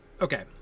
Okay